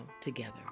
together